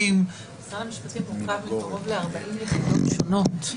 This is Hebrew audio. --- משרד המשפטים מורכב מקרוב ל-40 יחידות שונות.